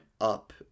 up